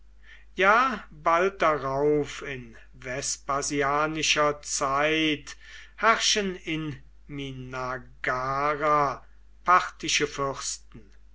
ja bald darauf in vespasianischer zeit herrschen in minnagara parthische fürsten